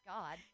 God